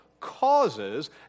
causes